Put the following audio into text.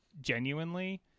genuinely